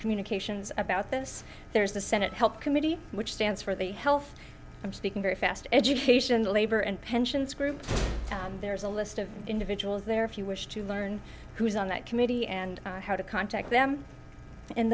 communications about this there's the senate health committee which stands for the health i'm speaking very fast education labor and pensions group and there is a list of individuals there if you wish to learn who is on that committee and how to contact them